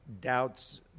doubts